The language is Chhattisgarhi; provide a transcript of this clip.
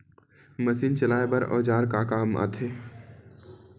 मशीन चलाए बर औजार का काम आथे?